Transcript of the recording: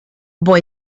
boy